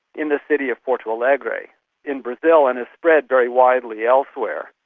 in the city of porto allegro in brazil and has spread very widely elsewhere.